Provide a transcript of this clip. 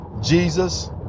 jesus